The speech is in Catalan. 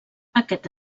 aquest